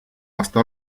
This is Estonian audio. aasta